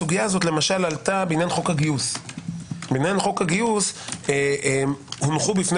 הסוגיה הזו עלתה בעניין חוק הגיוס למשל הונחו בפני